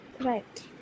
Right